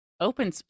open